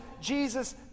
Jesus